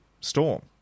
storm